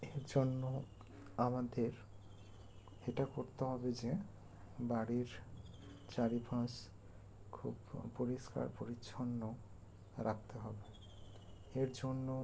এর জন্য আমাদের এটা করতে হবে যে বাড়ির চারপাশ খুব পরিষ্কার পরিচ্ছন্ন রাখতে হবে এর জন্য